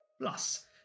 plus